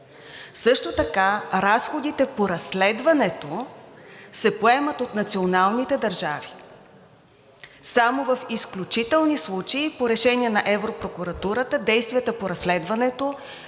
Също така разходите по разследването се поемат от националните държави, само в изключителни случаи по решение на Европрокуратурата. Действията по разследването